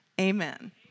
amen